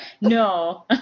No